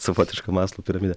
savotiška maslou piramidė